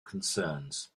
concerns